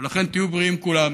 ולכן, תהיו בריאים כולם.